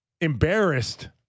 embarrassed